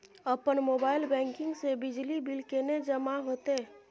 अपन mobile banking से बिजली बिल केने जमा हेते?